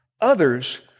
Others